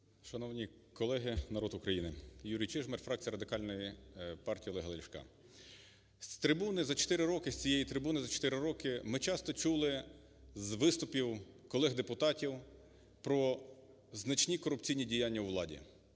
Шановні колеги, народ України! Юрій Чижмарь, фракція Радикальної партії Олега Ляшка. З трибуни за 4 роки, з цієї трибуни за 4 роки ми часто чули з виступів колег депутатів про значні корупційні діяння у владі,